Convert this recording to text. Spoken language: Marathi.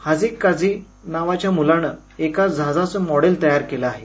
हाजिक काजी नावाच्या मुलानं एका जहाजाचं मॉडेल तयार केलं आहे